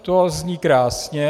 To zní krásně.